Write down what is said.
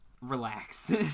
relax